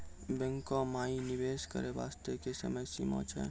बैंको माई निवेश करे बास्ते की समय सीमा छै?